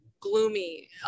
gloomy